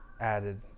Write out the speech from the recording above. added